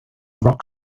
rock